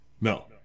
no